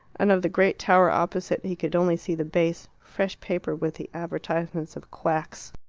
and of the great tower opposite he could only see the base, fresh papered with the advertisements of quacks.